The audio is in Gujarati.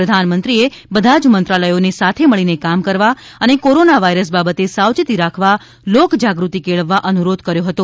પ્રધાનમંત્રીએ બધા જ મંત્રાલયોને સાથે મળીને કામ કરવા અને કોરોના વાયરસ બાબતે સાવચેતી રાખવા લોકજાગૃતિ કેળવવા અનુરોધ કર્યો હતો